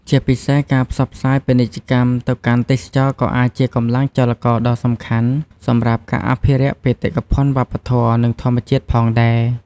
ជាពិសេស ការផ្សព្វផ្សាយពាណិជ្ជកម្មទៅកាន់ ទេសចរណ៍ក៏អាចជាកម្លាំងចលករដ៏សំខាន់សម្រាប់ការអភិរក្សបេតិកភណ្ឌវប្បធម៌ និងធម្មជាតិផងដែរ។